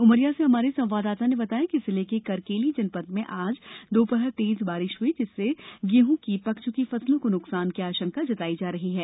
उमरिया से हमारे संवाददाता ने बताया है कि जिले के करकेली जनपद में आज दोपहर तेज बारिश हई जिससे गेहूं की पक चुकी फसलों को नुकसान की आशंका जताई जा रही है